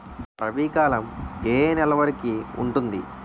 రబీ కాలం ఏ ఏ నెల వరికి ఉంటుంది?